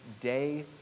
day